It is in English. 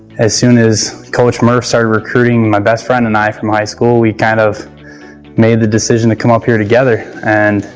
as soon as coach murph started recruiting, my best friend and i from high school, we kind of made the decision to come up here together and